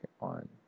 on